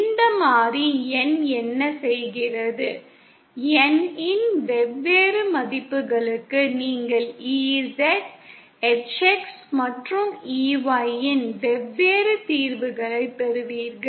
இந்த மாறி N என்ன செய்கிறது N இன் வெவ்வேறு மதிப்புகளுக்கு நீங்கள் EZ HX மற்றும் EY இன் வெவ்வேறு தீர்வுகளைப் பெறுவீர்கள்